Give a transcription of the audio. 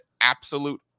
absolute